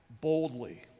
boldly